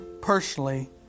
personally